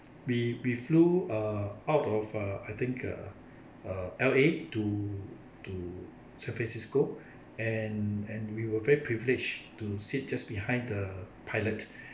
we we flew uh out of uh I think uh uh L_A to to san francisco and and we were very privileged to seat just behind the pilot